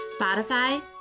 Spotify